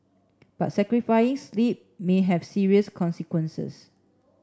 but sacrificing sleep may have serious consequences